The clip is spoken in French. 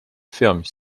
ferment